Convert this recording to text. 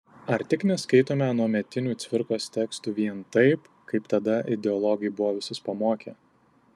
ar tik neskaitome anuometinių cvirkos tekstų vien taip kaip tada ideologai buvo visus pamokę